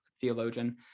theologian